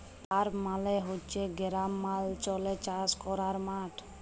farm মালে হছে গেরামালচলে চাষ ক্যরার মাঠ